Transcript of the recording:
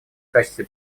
качестве